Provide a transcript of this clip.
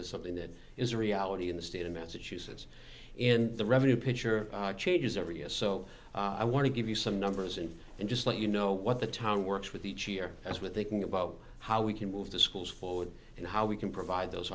is something that is a reality in the state of massachusetts in the revenue picture changes every a so i want to give you some numbers in and just let you know what the town works with each year as with thinking about how we can move the schools forward and how we can provide those